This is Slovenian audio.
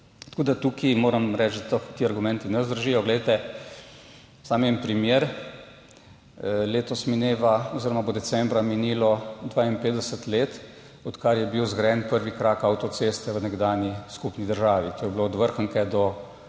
Tukaj moram reči, da ti argumenti ne vzdržijo. Samo en primer. Letos mineva oziroma bo decembra minilo 52 let, odkar je bil zgrajen prvi krak avtoceste v nekdanji skupni državi. To je bilo od Vrhnike do